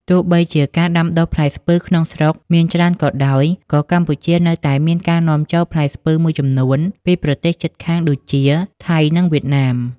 ទោះបីជាការដាំដុះផ្លែស្ពឺក្នុងស្រុកមានច្រើនក៏ដោយ ក៏កម្ពុជានៅតែមានការនាំចូលផ្លែស្ពឺមួយចំនួនពីប្រទេសជិតខាងដូចជា ថៃ និងវៀតណាម។